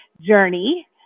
journey